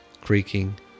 creaking